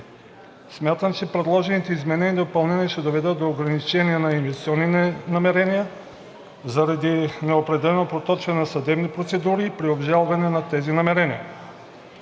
Смятам, че предложените изменения и допълнения ще доведат до ограничение на инвестиционните намерения заради неопределено проточване на съдебните процедури при обжалване на тези намерения.